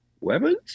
weapons